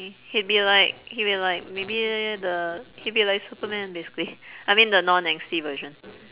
he'd be like he'd be like maybe the he'd be like superman basically I mean the non angsty version